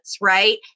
right